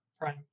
prime